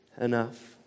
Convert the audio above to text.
enough